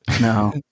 No